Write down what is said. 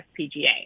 FPGA